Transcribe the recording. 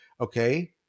Okay